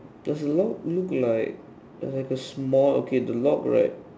does the lock look like like a small okay the lock right